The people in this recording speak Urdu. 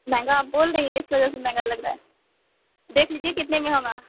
مہنگا آپ بول رہی ہیں اِس وجہ سے مہنگا لگ رہا ہے دیکھ لیجئے کتنے میں ہوگا